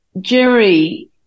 Jerry